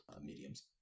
mediums